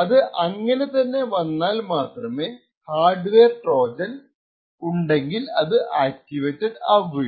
അത് അങ്ങിനെതന്നെ വന്നാൽ മാത്രമേ ഹാർഡ്വെയർ ട്രോജൻ ഉണ്ടെങ്കിൽ അത് ആക്ടിവേറ്റഡ് ആകുകയുള്ളു